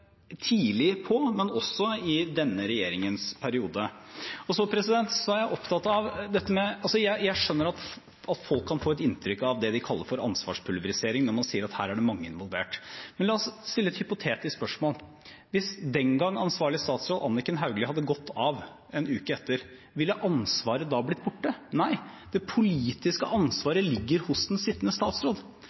også i denne regjeringens periode. Jeg skjønner at folk kan få inntrykk av det de kaller for ansvarspulverisering, når man sier at her er det mange involvert, men la oss stille et hypotetisk spørsmål: Hvis den gang ansvarlig statsråd, Anniken Hauglie, hadde gått av en uke etter, ville ansvaret da blitt borte? Nei, det politiske ansvaret ligger hos den sittende statsråd,